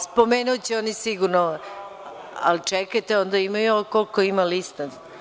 Spomenuće oni sigurno, ali čekajte onda imaju koliko ima lista.